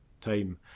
time